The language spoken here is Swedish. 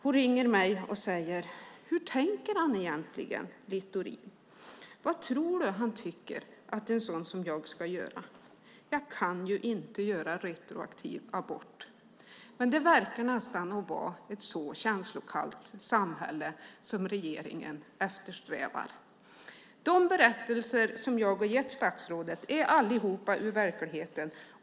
Hon ringde mig och sade: Hur tänker han egentligen, Littorin? Vad tror du att han tycker att en sådan som jag ska göra? Jag kan ju inte göra retroaktiv abort. Men det verkar nästan vara ett så känslokallt samhälle som regeringen eftersträvar. De berättelser som jag har gett statsrådet är allihop hämtade ur verkligheten.